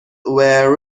were